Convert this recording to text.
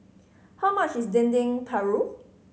how much is Dendeng Paru